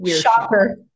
Shocker